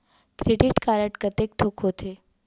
Credit card कतेक ठोक होथे?